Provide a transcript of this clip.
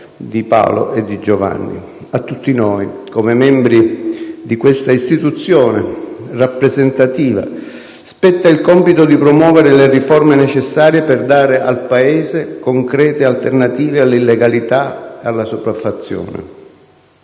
di Paolo e di Giovanni. A tutti noi, come membri di questa istituzione rappresentativa, spetta il compito di promuovere le riforme necessarie per dare al Paese concrete alternative all'illegalità e alla sopraffazione.